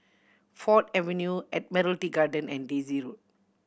Ford Avenue Admiralty Garden and Daisy Road